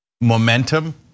momentum